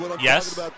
yes